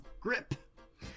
grip